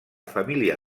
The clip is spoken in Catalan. família